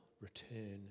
return